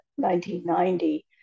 1990